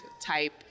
type